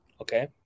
Okay